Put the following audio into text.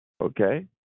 okay